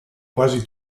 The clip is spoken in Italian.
quasi